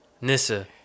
Nissa